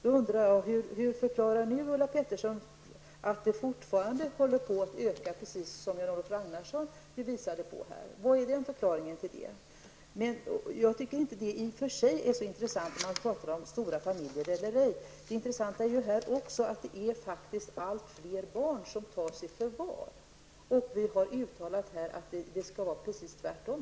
Hur förklarar Ulla Pettersson nu att förvarstagandet fortsätter att öka i omfattning, precis som Jan-Olof Ragnarsson visade på tidigare? Vad är förklaringen? Jag tycker i och för sig inte att det är så intressant att tala om stora familjer eller ej. Det intressanta är att allt fler barn faktiskt tas i förvar. Vi har här uttalat att det skall vara precis tvärtom.